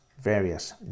various